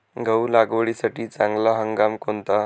गहू लागवडीसाठी चांगला हंगाम कोणता?